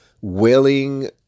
willing